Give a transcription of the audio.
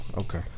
Okay